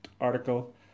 article